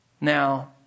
now